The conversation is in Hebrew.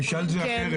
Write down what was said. אני אשאל את זה אחרת.